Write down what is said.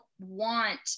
want